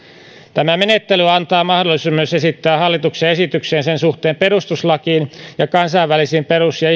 tämä menettely antaa mahdollisuuden myös esittää suosituksia hallituksen esityksen ja sen suhteen perustuslakiin ja kansainvälisiin perus ja